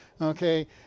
okay